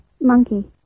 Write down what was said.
monkey